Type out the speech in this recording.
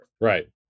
Right